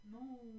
No